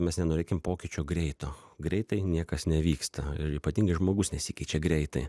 mes nenorėkim pokyčio greito greitai niekas nevyksta ir ypatingai žmogus nesikeičia greitai